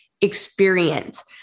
experience